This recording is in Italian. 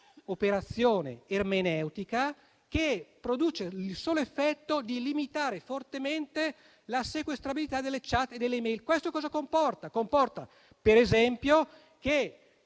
operazione ermeneutica che produce il solo effetto di limitare fortemente la sequestrabilità delle *chat* e delle *e-mail*. Questo comporta, per esempio, che